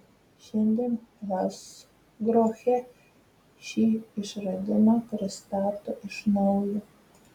šiandien hansgrohe šį išradimą pristato iš naujo